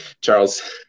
Charles